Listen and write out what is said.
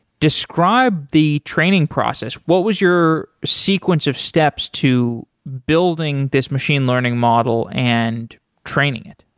describe the training process. what was your sequence of steps to building this machine learning model and training it?